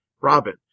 Robin